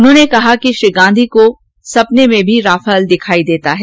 उन्होंने कहा कि श्री गांधी को सपने में भी राफेल ही दिखाई देता है